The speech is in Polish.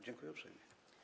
Dziękuję uprzejmie.